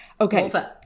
Okay